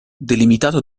delimitato